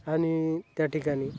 आणि त्या ठिकाणी